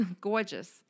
Gorgeous